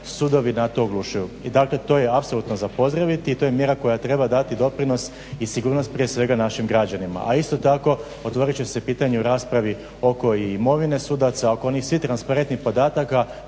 sudovi na to oglušuju. I dakle, to je apsolutno za pozdraviti i to je mjera koja treba dati doprinos i sigurnost prije svega našim građanima, a isto tako otvorit će se pitanje u raspravi oko imovine sudaca, oko onih svih transparentnih podataka